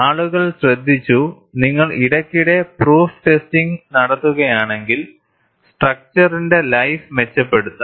ആളുകൾ ശ്രദ്ധിച്ചു നിങ്ങൾ ഇടയ്ക്കിടെ പ്രൂഫ് ടെസ്റ്റിംഗ് നടത്തുകയാണെങ്കിൽ സ്ട്രക്ച്ചറിന്റെ ലൈഫ് മെച്ചപ്പെടുത്താം